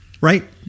right